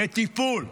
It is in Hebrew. בטיפול,